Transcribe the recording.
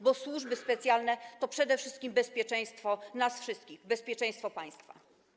Bo służby specjalne to przede wszystkim bezpieczeństwo nas wszystkich, bezpieczeństwo państwa.